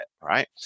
right